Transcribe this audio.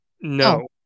No